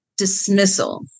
Dismissal